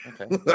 Okay